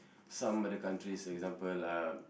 some other countries example uh